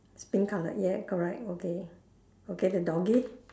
pink colour ya correct okay okay the doggie